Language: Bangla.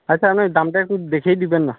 আচ্ছা আমি দামটা একটু দেখেই দিবেন না